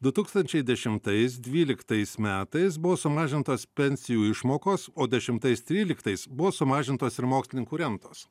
du tūkstančiai dešimtais dvyliktais metais buvo sumažintos pensijų išmokos o dešimtais tryliktais buvo sumažintos ir mokslininkų remtos